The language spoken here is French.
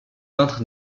peintre